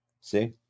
See